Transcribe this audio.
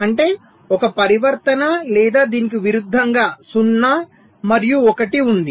అంటే ఒక పరివర్తన లేదా దీనికి విరుద్ధంగా 0 మరియు 1 ఉంది